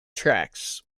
tracks